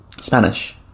Spanish